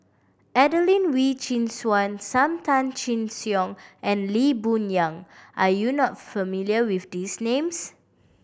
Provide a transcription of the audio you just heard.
Adelene Wee Chin Suan Sam Tan Chin Siong and Lee Boon Yang are you not familiar with these names